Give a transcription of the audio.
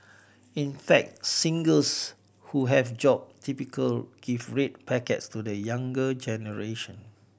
in fact singles who have a job typically give red packets to the younger generation